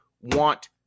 want